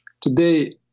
Today